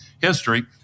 history